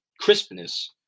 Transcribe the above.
crispness